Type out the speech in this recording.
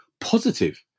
positive